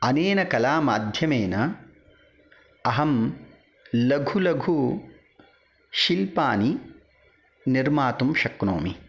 अनेन कला माध्यमेन अहं लघु लघु शिल्पानि निर्मातुं शक्नोमि